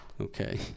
Okay